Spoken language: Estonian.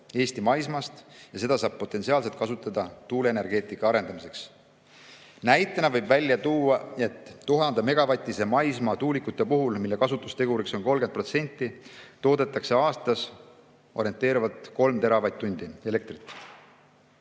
Eesti maismaast, ja seda saab potentsiaalselt kasutada tuuleenergeetika arendamiseks. Näitena võib tuua, et 1000‑megavatiste maismaatuulikute puhul, mille kasutustegur on 30%, toodetakse aastas orienteerivalt kolm teravatt-tundi elektrienergiat,